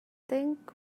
think